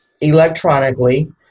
electronically